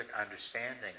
understanding